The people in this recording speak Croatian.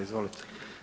Izvolite.